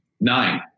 Nine